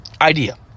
idea